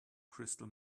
crystal